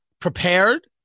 prepared